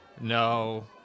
No